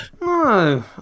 No